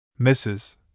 Mrs